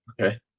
Okay